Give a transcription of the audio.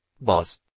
Boss